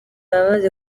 yamaze